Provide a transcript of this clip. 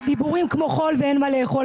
דיבורים כמו חול ואין מה לאכול,